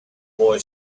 boy